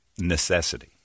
necessity